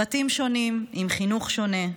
פרטים שונים עם חינוך שונה,